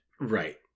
Right